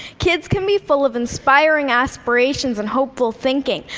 kids can be full of inspiring aspirations and hopeful thinking,